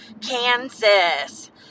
Kansas